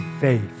faith